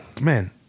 man